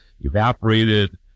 evaporated